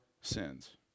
sins